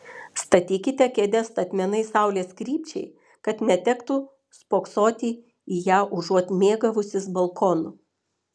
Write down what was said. statykite kėdes statmenai saulės krypčiai kad netektų spoksoti į ją užuot mėgavusis balkonu